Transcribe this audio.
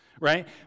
right